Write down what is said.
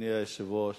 אדוני היושב-ראש,